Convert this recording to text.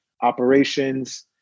operations